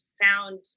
found